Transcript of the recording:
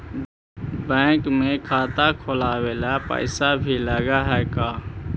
Bank में खाता खोलाबे ल पैसा भी लग है का?